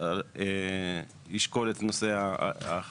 שישקול את נושא ההחלטה.